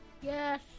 Yes